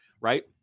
right